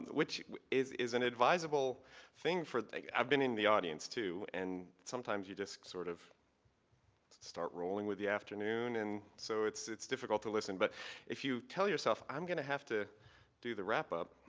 which is is an adviseable thing have been in the audience too and sometimes you just sort of start rolling with the afternoon and so it's it's difficult to listen. but if you tell yourself, i'm going to have to do the wrap up,